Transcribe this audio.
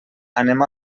anem